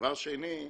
דבר שני,